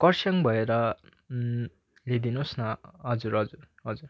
खरसाङ भएर ल्याइदिनुहोस् न हजुर हजुर हजुर